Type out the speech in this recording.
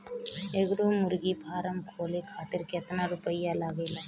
एगो मुर्गी फाम खोले खातिर केतना रुपया लागेला?